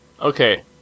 Okay